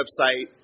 website